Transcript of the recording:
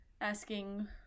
asking